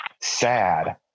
sad